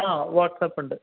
ആ വാട്സപ്പ് ഉണ്ട്